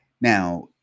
Now